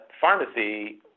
pharmacy